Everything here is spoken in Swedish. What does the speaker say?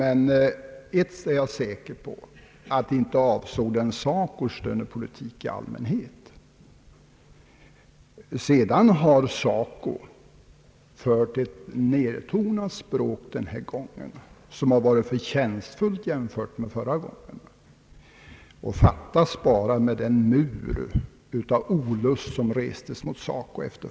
Ett är jag dock säker på, nämligen att den inte avsåg SACO:s lönepolitik i allmänhet. Vidare har SACO fört ett nedtonat språk den här gången, vilket varit förtjänstfullt jämfört med förra gången. Och det fattas bara med tanke på den mur av olust som då restes mot SACO!